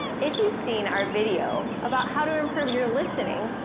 if you've seen our video about how to improve your listening,